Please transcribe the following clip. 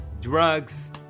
drugs